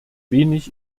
wenig